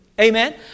Amen